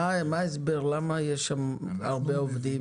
מה ההסבר, למה יש שם הרבה עובדים?